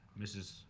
Mrs